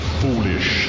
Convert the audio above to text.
foolish